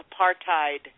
apartheid